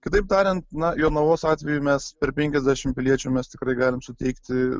kitaip tariant na jonavos atveju mes per penkiasdešimt piliečių mes tikrai galim suteikti